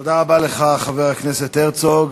תודה רבה לך, חבר הכנסת הרצוג.